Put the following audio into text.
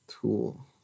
tool